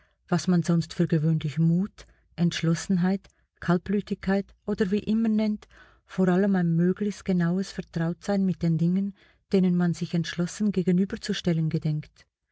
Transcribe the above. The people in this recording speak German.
was man sonst für gewöhnlich mut entschlossenheit kaltblütigkeit oder wie immer nennt vor allem ein möglichst genaues vertrautsein mit den dingen denen man sich entschlossen gegenüber zu stellen gedenkt